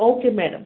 okay madam